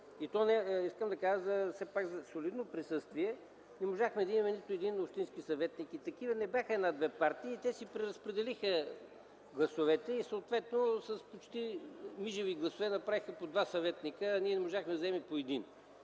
Искам да кажа, че става въпрос за солидно присъствие, но ние не можахме да имаме нито един общински съветник. И такива не бяха една и две партии. Те си преразпределиха гласовете и съответно с почти мижави гласове направиха по двама съветника, а ние не можахме да вземем и по един.